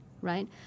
Right